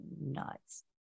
nuts